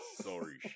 Sorry